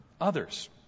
others